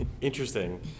Interesting